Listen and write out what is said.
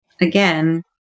again